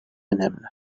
önemli